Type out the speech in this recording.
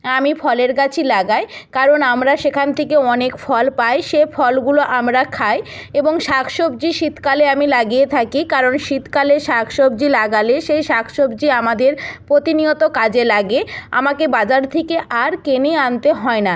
আমি ফলের গাছই লাগাই কারণ আমরা সেখান থেকে অনেক ফল পাই সে ফলগুলো আমরা খাই এবং শাক সবজি শীতকালে আমি লাগিয়ে থাকি কারণ শীতকালে শাক সবজি লাগালে সেই শাক সবজি আমদের প্রতিনিয়ত কাজে লাগে আমাকে আর বাজার থেকে আর কিনে আনতে হয় না